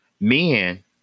Men